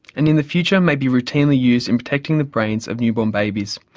and in the future may be routinely used in protecting the brains of newborn babies,